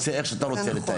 איך שאתה רוצה לתאם.